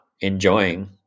enjoying